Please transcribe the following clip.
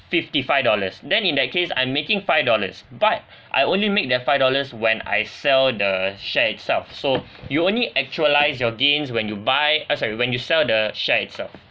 fifty five dollars then in that case I'm making five dollars but I only make that five dollars when I sell the share itself so you only actualise your gains when you buy uh sorry when you sell the share itself